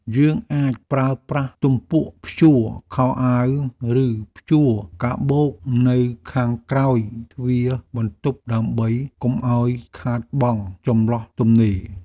យើងអាចប្រើប្រាស់ទំពក់ព្យួរខោអាវឬព្យួរកាបូបនៅខាងក្រោយទ្វារបន្ទប់ដើម្បីកុំឱ្យខាតបង់ចន្លោះទំនេរ។